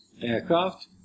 aircraft